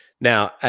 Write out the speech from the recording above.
Now